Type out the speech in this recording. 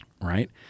right